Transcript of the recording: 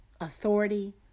authority